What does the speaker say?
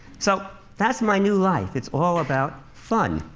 so that's my new life it's all about fun.